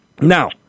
Now